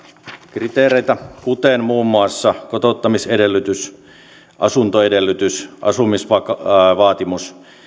kriteereitä kuten muun muassa kotouttamisedellytys asuntoedellytys asumisvaatimus